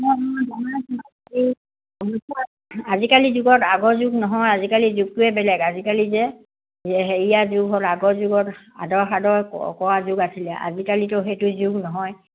আজিকালি যুগত আগৰ যুগ নহয় আজিকালি যুগটোৱে বেলেগ আজিকালি যে হেৰিয়া যুগ হ'ল আগৰ যুগত আদৰ সাদৰ কৰা যুগ আছিলে আজিকালিতো সেইটো যুগ নহয়